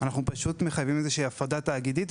אנחנו פשוט מחייבים איזו שהיא הפרדה תאגידית,